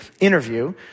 interview